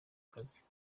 kazi